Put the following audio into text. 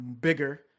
bigger